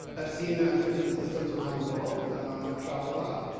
i've seen ah different systems around the world, i travel a lot,